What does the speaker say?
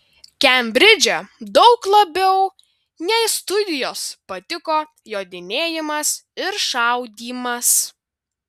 kembridže daug labiau nei studijos patiko jodinėjimas ir šaudymas